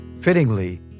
Fittingly